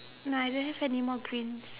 nah I don't have anymore prints